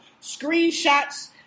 screenshots